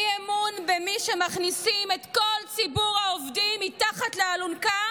אי-אמון במי שמכניסים את כל ציבור העובדים מתחת לאלונקה,